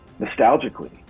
nostalgically